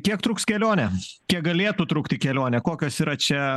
kiek truks kelionė kiek galėtų trukti kelionė kokios yra čia